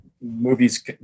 movies